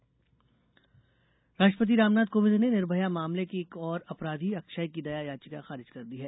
राष्ट्रपति दया राष्ट्रपति रामनाथ कोविंद ने निर्भया मामले के एक और अपराधी अक्षय की दया याचिका खारिज कर दी है